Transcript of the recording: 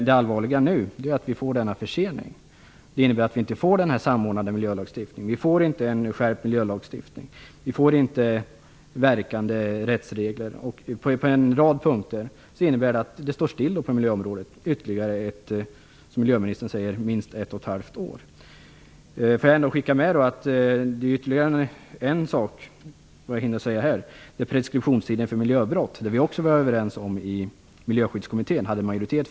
Det allvarliga är nu att det blir en sådan försening. Det innebär att det inte blir en samordnad miljölagstiftning. Det blir inte en skärpt miljölagstiftning. Det blir inga verkande rättsregler. På en rad punkter innebär det att det kommer att stå still på miljöområdet ytterligare, som miljöministern säger, minst ett och ett halvt år. Jag hinner säga ytterligare en sak. Det gäller preskribtionstiden för miljöbrott. Vi var överens i Miljöskyddskommittén när det gällde den frågan.